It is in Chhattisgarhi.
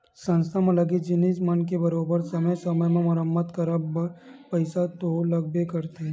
संस्था म लगे जिनिस मन के बरोबर समे समे म मरम्मत के करब म पइसा तो लगबे करथे